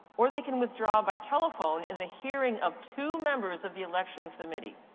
or they can withdraw by telephone in the hearing of two members of the election committee.